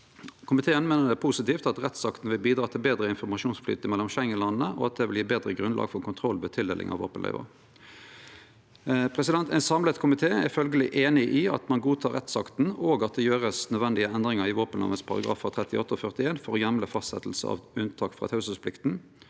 Komiteen meiner det er positivt at rettsakta vil bidra til betre informasjonsflyt mellom Schengen-landa, og at det vil gje betre grunnlag for kontroll ved tildeling av våpenløyve. Ein samla komité er følgjeleg einig i at ein godtek rettsakta, og at det vert gjort nødvendige endringar i våpenloven §§ 38 og 41 for å heimle fastsetjing av unntak frå teieplikta